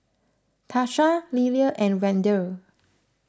Tarsha Lelia and Wendel